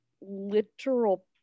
literal